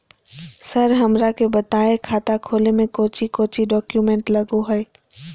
Sir हमरा के बताएं खाता खोले में कोच्चि कोच्चि डॉक्यूमेंट लगो है?